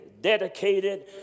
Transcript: dedicated